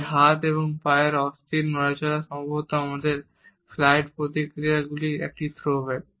যে হাত এবং পায়ের অস্থির নড়াচড়া সম্ভবত আমাদের ফ্লাইট প্রতিক্রিয়াগুলির একটি থ্রোব্যাক